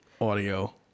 audio